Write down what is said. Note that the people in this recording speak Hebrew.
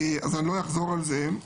אז לא אחזור על זה.